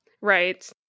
Right